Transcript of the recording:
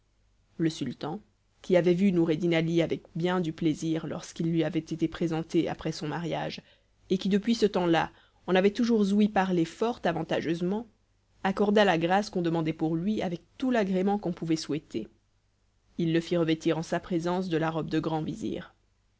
le sultan qui avait vu noureddin ali avec bien du plaisir lorsqu'il lui avait été présenté après son mariage et qui depuis ce temps-là en avait toujours ouï parler fort avantageusement accorda la grâce qu'on demandait pour lui avec tout l'agrément qu'on pouvait souhaiter il le fit revêtir en sa présence de la robe de grand